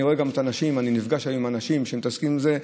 אני רואה גם את האנשים ונפגש עם האנשים שמתעסקים עם זה.